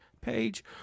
page